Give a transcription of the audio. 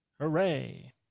Hooray